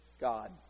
God